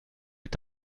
est